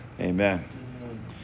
Amen